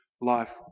life